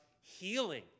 healing